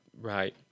Right